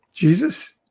Jesus